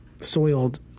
soiled